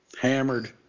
hammered